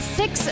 six